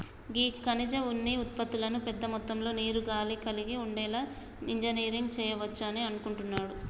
గీ ఖనిజ ఉన్ని ఉత్పతులను పెద్ద మొత్తంలో నీరు, గాలి కలిగి ఉండేలా ఇంజనీరింగ్ సెయవచ్చు అని అనుకుంటున్నారు